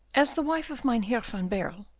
as the wife of mynheer van baerle,